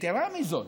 כאילו,